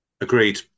Agreed